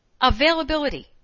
Availability